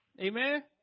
Amen